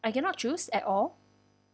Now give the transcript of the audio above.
I cannot choose at all